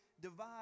divide